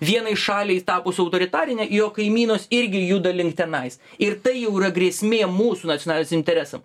vienai šaliai tapus autoritarine jo kaimynas irgi juda link tenais ir tai jau yra grėsmė mūsų nacionaliniams interesam